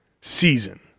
season